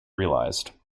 realized